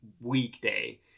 weekday